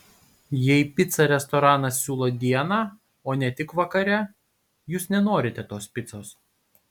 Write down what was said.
jei picą restoranas siūlo dieną o ne tik vakare jūs nenorite tos picos